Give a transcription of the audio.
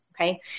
okay